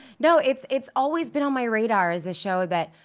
no, it's it's always been on my radar as a show that,